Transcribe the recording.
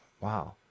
wow